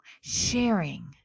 sharing